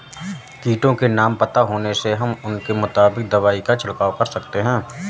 कीटों के नाम पता होने से हम उसके मुताबिक दवाई का छिड़काव कर सकते हैं